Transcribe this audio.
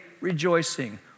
rejoicing